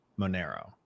Monero